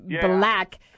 Black